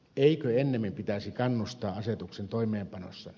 eikö ennemmin pitäisi kannustaa asetuksen toimeenpanossa